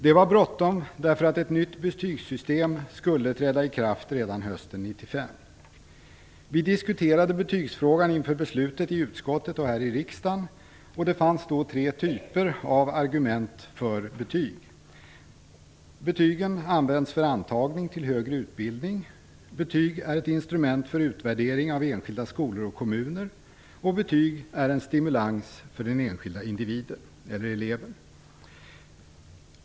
Det var bråttom därför att ett nytt betygssystem skulle träda i kraft redan hösten 1995. Vi diskuterade betygsfrågan inför beslutet i utskottet och här i riksdagen, och det fanns då tre typer av argument för betyg: Betyg är ett instrument för utvärdering av enskilda skolor och kommuner. Betyg är en stimulans för den enskilda eleven.